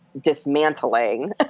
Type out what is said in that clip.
dismantling